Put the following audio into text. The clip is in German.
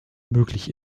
möglich